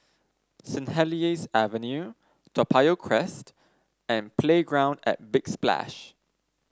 Saint Helier's Avenue Toa Payoh Crest and Playground at Big Splash